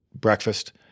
breakfast